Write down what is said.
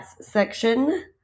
section